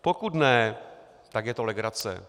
Pokud ne, tak je to legrace.